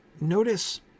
Notice